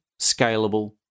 scalable